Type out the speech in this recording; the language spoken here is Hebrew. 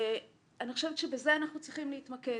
אני חושבת שבזה אנחנו צריכים להתמקד,